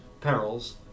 perils